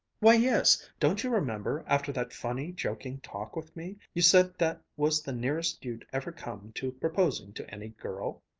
why, yes, don't you remember, after that funny, joking talk with me, you said that was the nearest you'd ever come to proposing to any girl?